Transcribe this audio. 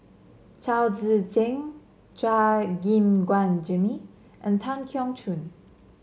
Chao Tzee Cheng Chua Gim Guan Jimmy and Tan Keong Choon